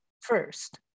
first